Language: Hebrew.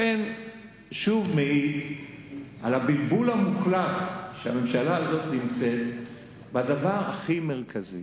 זה שוב מעיד על הבלבול המוחלט שהממשלה הזאת נמצאת בו בדבר הכי מרכזי.